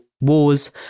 wars